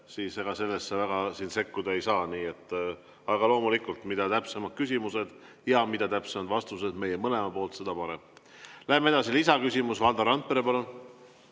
juhatajana sellesse väga siin sekkuda ei saa. Aga loomulikult, mida täpsemad on küsimused ja mida täpsemad vastused mõlemalt poolt, seda parem. Läheme edasi. Lisaküsimus. Valdo Randpere,